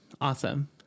Awesome